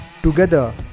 Together